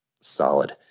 Solid